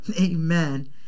Amen